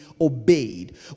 obeyed